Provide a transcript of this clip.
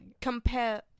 compare